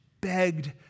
begged